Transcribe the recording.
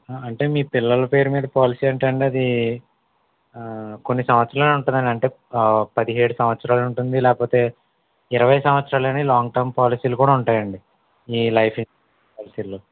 ఆ అంటే మీ పిల్లల పేరు మీద పాలసీ అంటే అండి అది ఆ కొన్ని సంవత్సరాలు ఉంటుంది అంటే పదిహేడు సంవత్సరాలు ఉంటుంది లేకపోతే ఇరవై సంవత్సరాలు అని లాంగ్ టర్మ్ పాలసీలు కూడా ఉంటాయి అండి ఈ లైఫ్ ఇన్సూరెన్స్ పాలసీలో